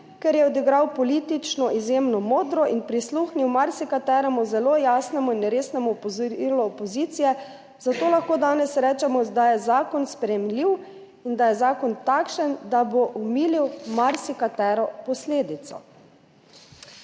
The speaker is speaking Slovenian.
ker je odigral politično izjemno modro in prisluhnil marsikateremu zelo jasnemu in resnemu opozorilu opozicije, zato lahko danes rečemo, da je zakon sprejemljiv in da je zakon takšen, da bo omilil marsikatero posledico.«